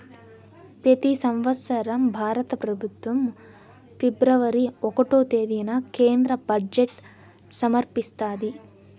పెతి సంవత్సరం భారత పెబుత్వం ఫిబ్రవరి ఒకటో తేదీన కేంద్ర బడ్జెట్ సమర్పిస్తాది